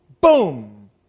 boom